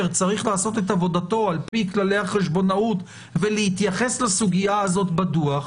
צריך לעשות את עבודתו על פי כללי החשבונאות ולהתייחס לסוגיה הזאת בדוח,